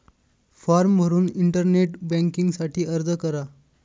form भरून internet banking साठी अर्ज करा